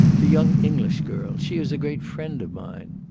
the young english girl she is a great friend of mine.